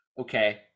okay